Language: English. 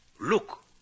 Look